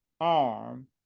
arm